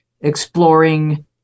exploring